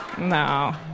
No